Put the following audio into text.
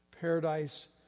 paradise